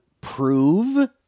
prove